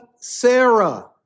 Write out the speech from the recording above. Sarah